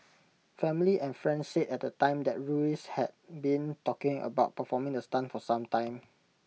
family and friends said at the time that Ruiz had been talking about performing the stunt for some time